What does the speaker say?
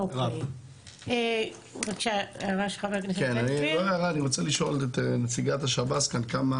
אני מבקש לכלול את חיפה.